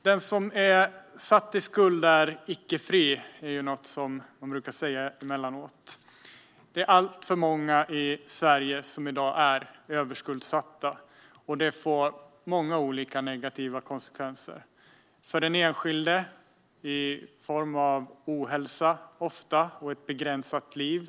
Den som är satt i skuld är icke fri, brukar man säga emellanåt. Det är alltför många som är överskuldsatta i Sverige i dag. Detta får många olika negativa konsekvenser, för den enskilde ofta i form av ohälsa och ett begränsat liv.